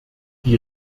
die